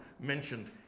mentioned